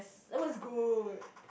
that was good